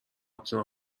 اتنا